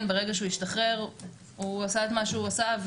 ברגע שהוא השתחרר הוא עשה את מה שהוא עשה,